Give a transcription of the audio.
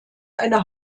eine